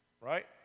Right